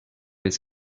his